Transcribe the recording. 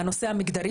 הנושא המגדרי,